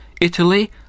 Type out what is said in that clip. Italy